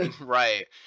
right